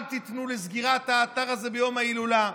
אל תיתנו יד לסגירת האתר הזה ביום ההילולה,